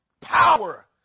power